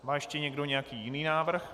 Má ještě někdo nějaký jiný návrh?